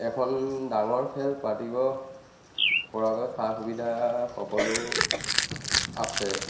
এখন ডাঙৰ খেল পাতিব পৰাকৈ সা সুবিধা সকলো আছে